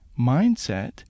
mindset